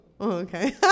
Okay